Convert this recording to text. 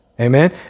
Amen